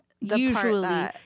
usually